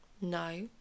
no